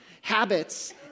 habits